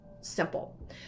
simple